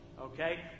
Okay